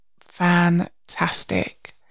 fantastic